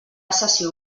sessió